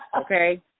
okay